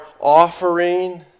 offering